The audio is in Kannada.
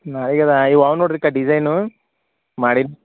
ನಾ ಈಗ ಅದ ಈ ಅವ ನೋಡ್ರಿಕ ಡಿಝೈನು ಮಾಡೀನಿ